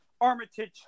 Armitage